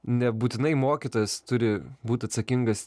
nebūtinai mokytojas turi būt atsakingas